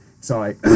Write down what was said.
Sorry